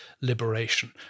liberation